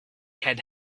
had